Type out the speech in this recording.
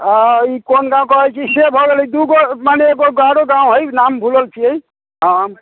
ई कोन गाँव कहैत छी से भऽ गेलै दुगो मने एगो आरो गाँव हय नाम भुलल छियै हँ